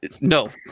No